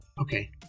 Okay